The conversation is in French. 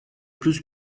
plus